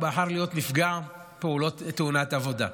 הוא בחר להיות נפגע תאונת עבודה,